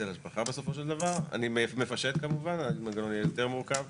כי ברגע שהפכת את זה לחבות, מה זה קשור החלטה?